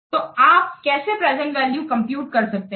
तो आप कैसे प्रेजेंट वैल्यू कंप्यूटकर सकते हैं